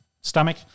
Stomach